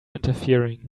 interfering